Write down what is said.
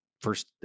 first